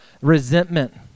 resentment